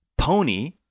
Pony